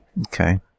Okay